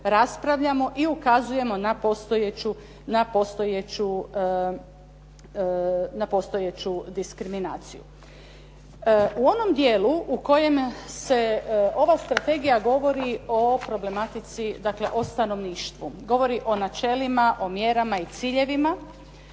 raspravljamo i ukazujemo na postojeću diskriminaciju. U onom dijelu u kojem ova strategija govori o problematici, dakle o stanovništvu. Govori o načelima, o mjerama i ciljevima